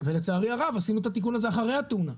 ולצערנו הרב עשינו את התיקון הזה אחרי התאונה.